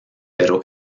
pero